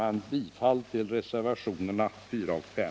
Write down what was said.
Jag yrkar bifall till reservationerna 4 och 5.